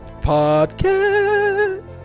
Podcast